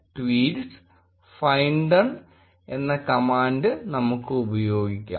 findone എന്ന command നമുക്ക് ഉപയോഗിക്കാം